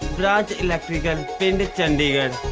branch electrical. village chandigarh.